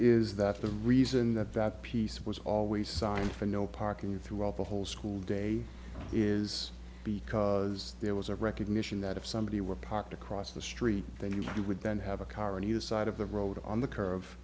is that the reason that that piece was always signed for no parking throughout the whole school day is because there was a recognition that if somebody were parked across the street then you would then have a car and the side of the road on the curve